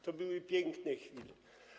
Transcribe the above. To były piękne chwile.